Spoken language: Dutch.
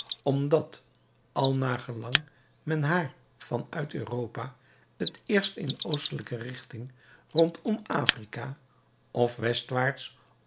omdat al naar gelang men haar van uit europa het eerst in oostelijke richting rondom afrika of